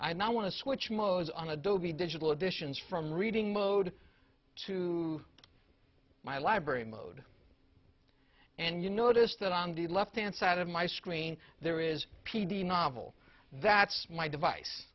i now want to switch modes on adobe digital editions from reading mode to my library mode and you notice that on the left hand side of my screen there is p d novel that's my device